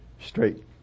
straight